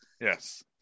yes